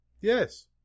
Yes